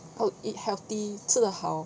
how to eat healthy 这样好